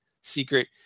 secret